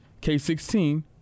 K-16